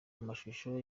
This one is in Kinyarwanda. amashusho